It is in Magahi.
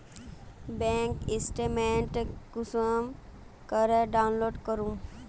बैंक स्टेटमेंट कुंसम करे डाउनलोड करूम?